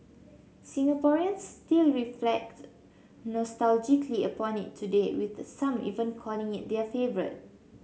Singaporeans still reflect nostalgically upon it today with some even calling it their favourite